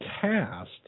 cast